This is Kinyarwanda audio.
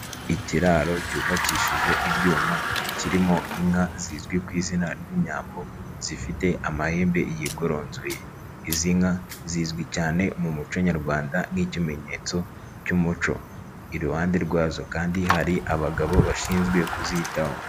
Ikiraro cyubakishije ibyuma, kirimo inka zizwi ku izina ry'inyambo, zifite amahembe yigoronzoye. Izi nka zizwi cyane mu muco nyarwanda nk'ikimenyetso cy'umuco. Iruhande rwazo kandi hari abagabo bashinzwe kuzitaho.